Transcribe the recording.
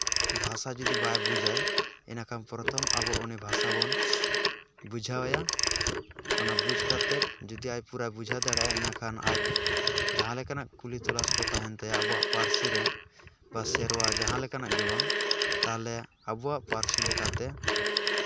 ᱵᱷᱟᱥᱟ ᱡᱩᱫᱤ ᱵᱟᱭ ᱵᱩᱡᱟᱭ ᱤᱱᱟᱹᱠᱷᱟᱱ ᱯᱨᱚᱛᱷᱚᱢ ᱟᱵᱚ ᱩᱱᱤ ᱵᱷᱟᱥᱟᱵᱚᱱ ᱵᱩᱡᱷᱟᱹᱣᱟᱭᱟ ᱚᱱᱟ ᱵᱩᱡᱽ ᱠᱟᱛᱮᱫ ᱡᱩᱫᱤ ᱟᱡ ᱯᱩᱨᱟᱹ ᱵᱩᱡᱷᱟᱹᱣ ᱫᱟᱲᱮᱭᱟᱜ ᱟᱭ ᱤᱱᱟᱹᱠᱷᱟᱱ ᱟᱡ ᱡᱟᱦᱟᱸ ᱞᱮᱠᱟᱱᱟᱜ ᱠᱩᱠᱞᱤ ᱛᱚᱞᱟᱥ ᱠᱚ ᱛᱟᱦᱮᱱ ᱛᱟᱭᱟ ᱟᱵᱚᱣᱟᱜ ᱯᱟᱹᱨᱥᱤ ᱨᱮ ᱵᱟ ᱥᱮᱨᱣᱟ ᱡᱟᱦᱟᱸ ᱞᱮᱠᱟᱱᱟᱜ ᱜᱮ ᱵᱟᱝ ᱛᱟᱦᱚᱞᱮ ᱟᱵᱚᱣᱟᱜ ᱯᱟᱹᱨᱥᱤ ᱞᱮᱠᱟᱛᱮ